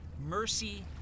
mercy